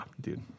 dude